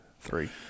Three